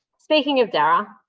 speaking of darra,